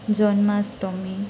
Janmashtami